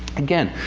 again,